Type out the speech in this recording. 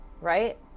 Right